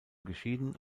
geschieden